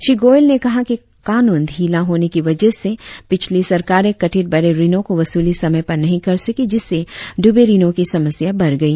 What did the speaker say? श्री गोयल ने कहा कि कानून ढ़ीला होने की वजह से पिछली सरकारें कथित बड़े ऋणों की वसूली समय पर नहीं कर सकी जिससे डूबे ऋणों की समस्या बढ़ गई